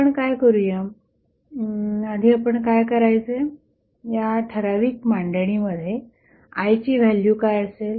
आपण काय करूया आधी आपण काय काढायचे या ठराविक मांडणीमध्ये I ची व्हॅल्यू काय असेल